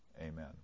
Amen